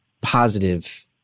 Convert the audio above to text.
positive